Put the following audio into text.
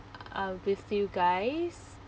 uh with you guys